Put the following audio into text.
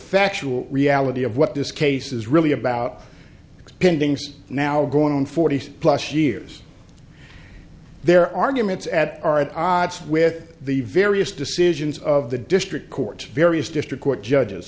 factual reality of what this case is really about expanding now going on forty plus years their arguments at are at odds with the various decisions of the district court various district court judges